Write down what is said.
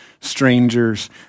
strangers